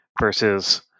versus